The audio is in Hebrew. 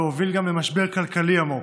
והוביל גם למשבר כלכלי עמוק.